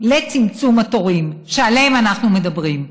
לצמצום התורים שעליהם אנחנו מדברים.